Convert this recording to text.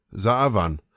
Zaavan